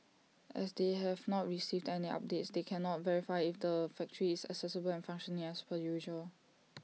as they have not received any updates they cannot verify if the factory is accessible and functioning as per usual